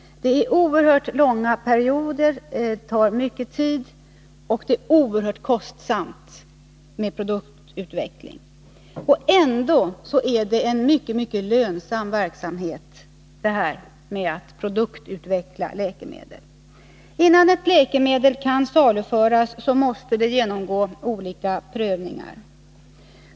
Produktutveckling tar alltså lång tid och är oerhört kostsam. Och ändå är produktutveckling av läkemedel en mycket, mycket lönsam verksamhet. Innan ett läkemedel kan saluföras måste det genomgå olika prövningar.